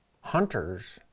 hunters